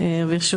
ברשות